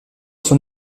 son